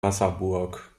wasserburg